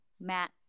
Matt